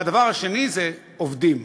והדבר השני זה עובדים,